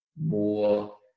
more